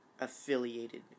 affiliated